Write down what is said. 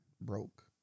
Broke